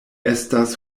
estas